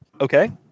Okay